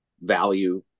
value